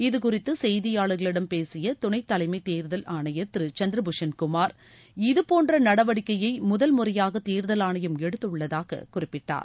இது குறித்து செய்தியாளர்களிடம் பேசிய துணைத் தலைமை தேர்தல் ஆணையர் திரு சந்திரபூஷன் இதுபோன்ற நடவடிக்கையை முதல் முறையாக தேர்தல் ஆணையம் எடுத்துள்ளதாக குறிப்பிட்டார்